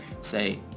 say